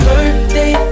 Birthday